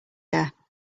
there